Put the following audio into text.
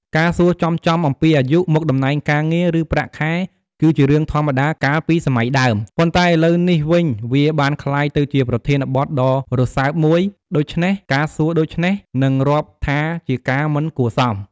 ការសួរចំៗអំពីអាយុ មុខតំណែងការងារ ឬ ប្រាក់ខែគឺជារឿងធម្មតាកាលពីសម័យដើម ប៉ុន្តែឥឡូវនេះវិញវាបានក្លាយទៅជាប្រធានបទដ៏រស៊ើបមួយ ដូច្នេះការសួរដូច្នេះនឹងរាប់ថាជាការមិនគួរសម។